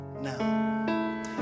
now